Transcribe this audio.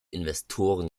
investoren